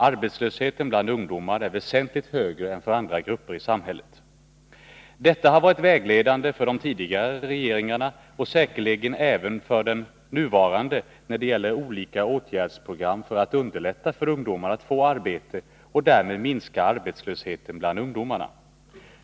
Arbetslösheten bland ungdomar är väsentligt högre än för andra grupper i samhället. Detta har varit vägledande för de tidigare regeringarna och säkerligen även för den nuvarande när det gäller olika åtgärdsprogram för att underlätta för ungdomar att få arbete och därmed minska arbetslösheten bland ungdomarna.